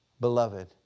beloved